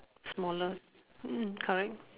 smaller mm correct